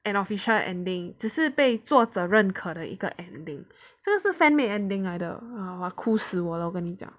an official ending 只是被作者认可的一个 ending 这是 fan-made ending 来的 uh 哭死我了我跟你讲